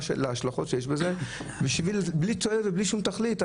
ההשלכות שיש בו בלי שום תועלת ותכלית.